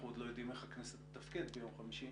אנחנו עוד לא יודעים איך הכנסת תתפקד ביום חמישי